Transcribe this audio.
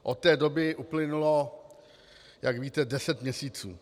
Od té doby uplynulo, jak víte, deset měsíců.